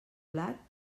blat